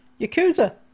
Yakuza